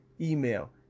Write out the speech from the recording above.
email